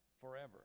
forever